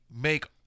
make